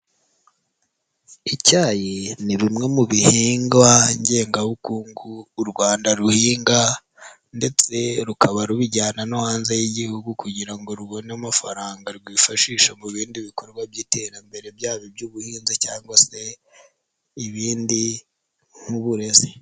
Icyayi ni bimwe mu bihingwa ngengabukungu u Rwanda ruhinga ndetse rukaba rubijyana no hanze y'Igihugu kugira ngo rubone amafaranga rwifashisha mu bindi bikorwa by'iterambere byaba iby'ubuhinzi cyangwa se ibindi nk'uburezi.